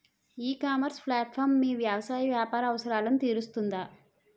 ఈ ecommerce platform మీ వ్యవసాయ వ్యాపార అవసరాలను తీరుస్తుందా?